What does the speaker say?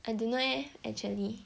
I don't know leh actually